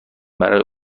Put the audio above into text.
برای